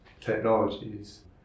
technologies